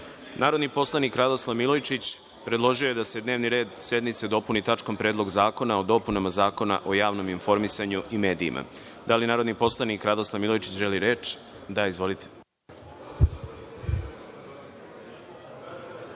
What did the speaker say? predlog. Narodni poslanik Radoslav Milojičić predložio je da se dnevni red sednice dopuni tačkom – Predlog zakona o dopunama Zakona o javnom informisanju i medijima. Da li narodni poslanik Radoslav Milojičić želi reč? (Da.)